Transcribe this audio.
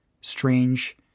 strange